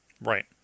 Right